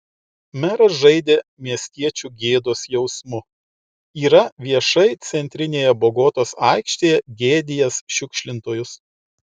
meras žaidė miestiečių gėdos jausmu yra viešai centrinėje bogotos aikštėje gėdijęs šiukšlintojus